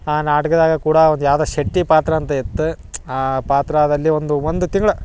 ಆ ನಾಟಕದಾಗ ಕೂಡ ಒಂದು ಯಾವುದೋ ಶೆಟ್ಟಿ ಪಾತ್ರ ಅಂತ ಇತ್ತು ಆ ಪಾತ್ರದಲ್ಲಿ ಒಂದು ಒಂದು ತಿಂಗ್ಳು